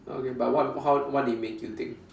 okay but what how what did it make you think